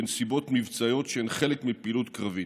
בנסיבות מבצעיות שהן חלק מפעילות קרבית.